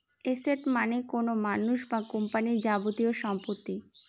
asset মানে কোনো মানুষ বা কোম্পানির যাবতীয় সম্পত্তি